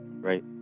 right